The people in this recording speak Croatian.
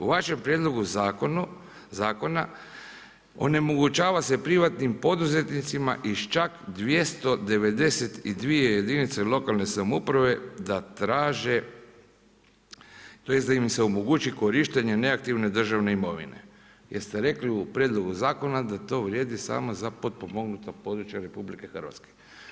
U vašem prijedlogu zakona onemogućava se privatnim poduzetnicima iz čak 292 jedinice lokalne samouprave da traže tj. da im se omogući korištenje neaktivne državne imovine jer ste rekli u prijedlogu zakona da to vrijedi samo za potpomognuta područja RH.